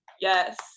Yes